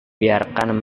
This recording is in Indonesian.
biarkan